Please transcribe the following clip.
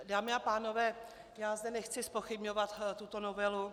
Dámy a pánové, já zde nechci zpochybňovat tuto novelu.